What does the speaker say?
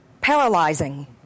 paralyzing